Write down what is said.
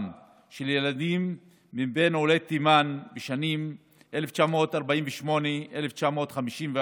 של ילדי עולי תימן בשנים 1948 1954,